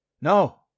No